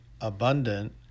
abundant